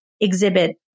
exhibit